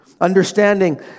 understanding